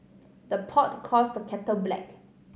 the pot calls the kettle black